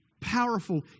powerful